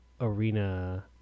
arena